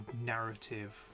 narrative